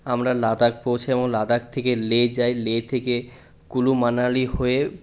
আমরা লাদাখ পৌঁছাই এবং লাদাখ থেকে লে যাই লে থেকে কুলু মানালি হয়ে